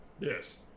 Yes